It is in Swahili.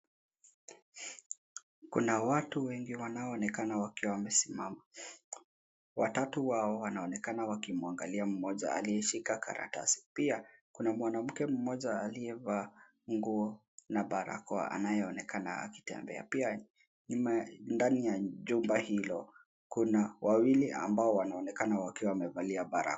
Kuna watu wengi wanaoonekana wakiwa wamesimama. Watatu wao wanaonekana wakimuangalia mmoja aliyeshika karatasi. Pia, kuna mwanamke mmoja aliyevaa nguo na barakoa anayeonekana akitembea. Pia, ndani ya jumba hilo kuna wawili ambao wanaonekana wakiwa wamevalia barakoa.